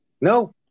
No